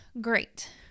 great